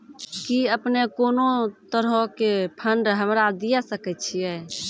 कि अपने कोनो तरहो के फंड हमरा दिये सकै छिये?